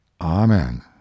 Amen